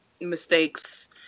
Mistakes